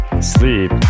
sleep